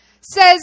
says